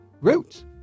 roots